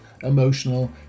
emotional